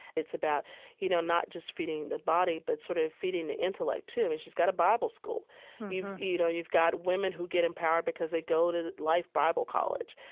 it's about you know not just feeding the body but sort of feeding the intellect, too. i mean she's got a bible school. you've you know, you've got women who get empowered because they go to life bible college.